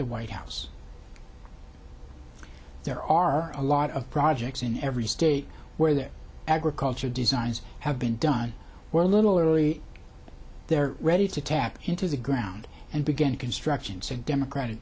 the white house there are a lot of projects in every state where there agriculture designs have been done a little early they're ready to tap into the ground and begin construction some democratic